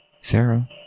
Sarah